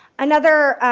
another